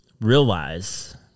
realize